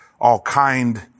all-kind